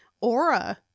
aura